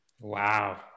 Wow